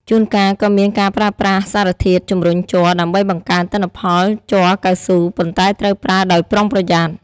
ជួនកាលក៏មានការប្រើប្រាស់សារធាតុជំរុញជ័រ ដើម្បីបង្កើនទិន្នផលជ័រកៅស៊ូ ប៉ុន្តែត្រូវប្រើដោយប្រុងប្រយ័ត្ន។